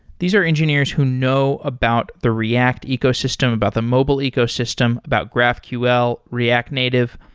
these are engineers who know about the react ecosystem, about the mobile ecosystem, about graphql, react native.